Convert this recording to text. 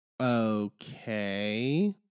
Okay